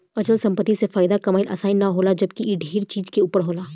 अचल संपत्ति से फायदा कमाइल आसान ना होला जबकि इ ढेरे चीज के ऊपर होला